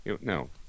no